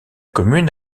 commune